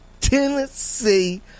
Tennessee